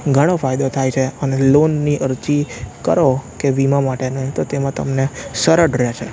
ઘણો ફાયદો થાય છે અને લોનની અરજી કરો કે વીમા માટેનું તો તેમાં તમને સરળ રહે છે